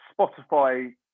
spotify